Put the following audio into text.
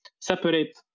separate